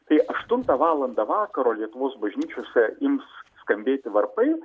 tai aštuntą valandą vakaro lietuvos bažnyčiose ims skambėti varpai